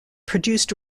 produced